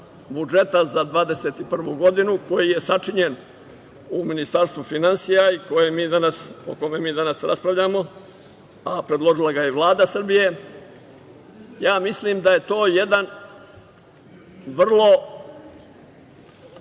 budžeta za 2021. godinu, koji je sačinjen u Ministarstvu finansija i o kome mi danas raspravljamo, a predložila ga je Vlada Srbije, ja mislim da je to jedan vrlo